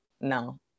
no